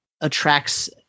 attracts